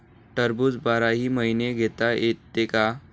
टरबूज बाराही महिने घेता येते का?